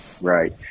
Right